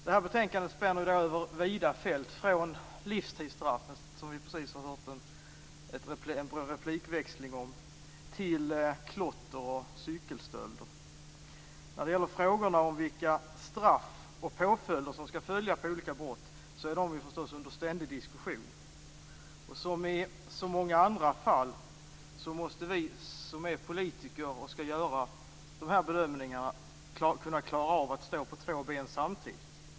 Det här betänkandet spänner över vida fält från livstidsstraffet, som vi precis har hört en replikväxling om, till klotter och cykelstölder. Frågorna om vilka straff och påföljder som skall följa på olika brott är naturligtvis under ständig diskussion. Som i så många andra fall måste vi som är politiker och skall göra de här bedömningarna kunna klara av att stå på två ben samtidigt.